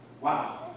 wow